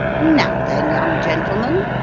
now then, young gentleman,